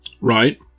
Right